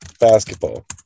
basketball